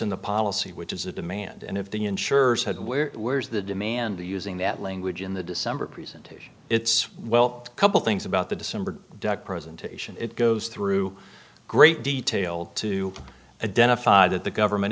in the policy which is a demand and if the insurers had where where's the demand to using that language in the december presentation it's well a couple things about the december presentation it goes through great detail to identify that the government